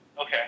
Okay